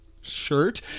shirt